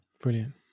Brilliant